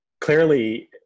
clearly